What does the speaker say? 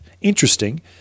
interesting